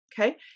okay